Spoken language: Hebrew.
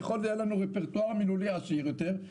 ככל שיהיה לנו רפרטואר מילולי עשיר יותר,